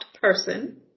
person